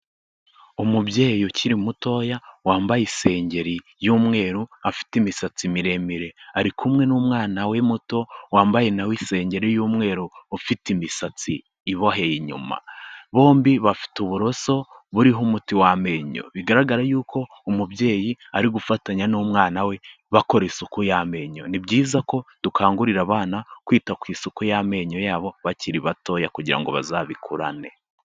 Umubyeyi ukiri mutoya wambaye isengeri y'umweru, afite imisatsi miremire ari kumwe n'umwana we muto wambaye na we isengeri y'umweru ufite imisatsi iboheye inyuma, bombi bafite uburoso buriho umuti w'amenyo bigaragara yuko umubyeyi ari gufatanya n'umwana we bakora isuku y'amenyo. Ni byiza ko dukangurira abana kwita ku isuku y'amenyo yabo bakiri batoya kugira ngo bazabikurane.